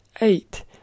eight